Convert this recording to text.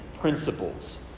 principles